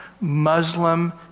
Muslim